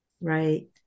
Right